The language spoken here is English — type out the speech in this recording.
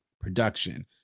production